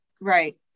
Right